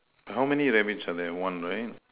and how many rabbit are there one right